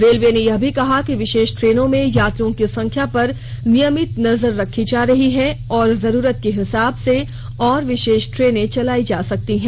railway ने यह भी कहा कि विशेष ट्रेनों में यात्रियों की संख्या पर नियमित नजर रखी जा रही है और जरूरत के हिसाब से और विशेष ट्रेनें चलायी जा सकती है